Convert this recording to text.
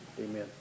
Amen